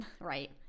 right